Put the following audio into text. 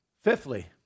Fifthly